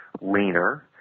leaner